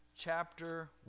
chapter